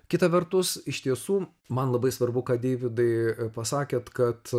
kita vertus iš tiesų man labai svarbu kad deividai pasakėte kad